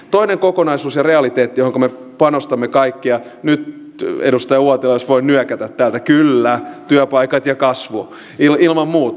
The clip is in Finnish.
toinen kokonaisuus ja realiteetti johonka me panostamme kaikki nyt edustaja uotila jos voin nyökätä täältä kyllä on työpaikat ja kasvu ilman muuta